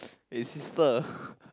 aye sister